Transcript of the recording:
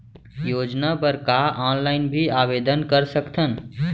योजना बर का ऑनलाइन भी आवेदन कर सकथन?